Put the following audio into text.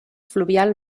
fluvial